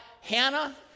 Hannah